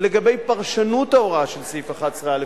לגבי פרשנות ההוראה של סעיף 11א,